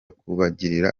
kubagirira